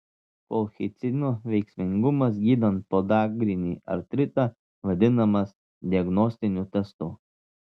kolchicino veiksmingumas gydant podagrinį artritą vadinamas diagnostiniu testu